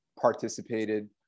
participated